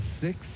six